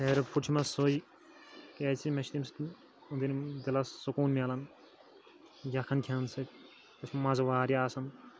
favourite food چھُ مےٚ سُے کیازکہِ مےٚ چھُ تمہِ سۭتۍ دِلس سکوٗن مِلان یَکھٕنۍ کھؠنہٕ سۭتۍ تَتھ چھُ مَزٕ واریاہ آسان